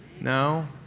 No